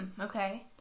Okay